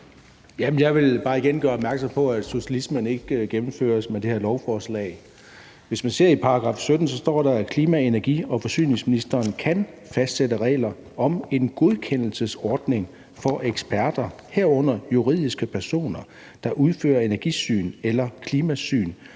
Jeg vil bare igen gøre opmærksom på, at socialismen ikke gennemføres med det her lovforslag. Hvis man ser i § 17, står der: »Klima-, energi- og forsyningsministeren kan fastsætte regler om en godkendelsesordning for eksperter, herunder juridiske personer, der udfører energisyn eller klimasyn